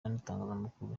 n’itangazamakuru